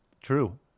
True